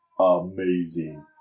amazing